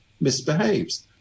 misbehaves